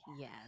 Yes